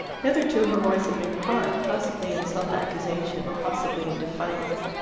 hitherto her voice had been hard, possibly in self-accusation, possibly in defiance.